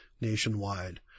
nationwide